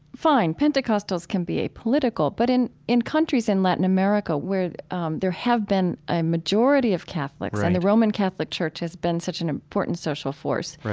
fine, pentecostals can be apolitical but in in countries in latin america where there have been a majority of catholics and the roman catholic church has been such an important social force,